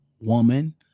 woman